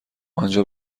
آنجا